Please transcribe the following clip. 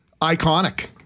iconic